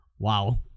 Wow